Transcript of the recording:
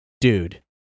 dude